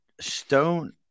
Stone